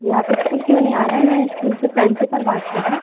जी आप इस्कूल क्यूँ नहीं आ रहे हैं मैं स्कूल से प्रैंसिपल बात कर रही हूँ